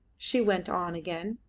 she went on again,